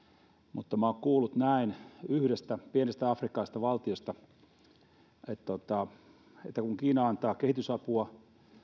mutta olen kuullut yhdestä pienestä afrikkalaisesta valtiosta että kun kiina antaa kehitysapua